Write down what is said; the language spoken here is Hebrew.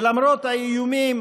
ולמרות האיומים